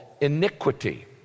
iniquity